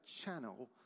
channel